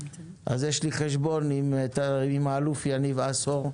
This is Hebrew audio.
אז יש לי חשבון עם אלוף יניב עשור,